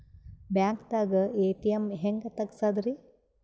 ಬ್ಯಾಂಕ್ದಾಗ ಎ.ಟಿ.ಎಂ ಹೆಂಗ್ ತಗಸದ್ರಿ?